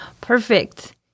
Perfect